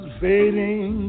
fading